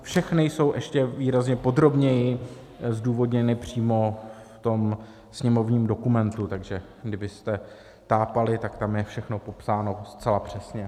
Všechny jsou ještě výrazně podrobněji zdůvodněny přímo v tom sněmovním dokumentu, takže kdybyste tápali, tak tam je všechno popsáno zcela přesně.